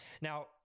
Now